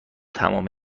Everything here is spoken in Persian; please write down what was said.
تمام